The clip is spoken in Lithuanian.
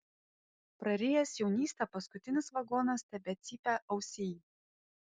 prarijęs jaunystę paskutinis vagonas tebecypia ausyj